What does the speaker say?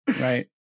Right